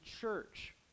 church